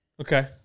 okay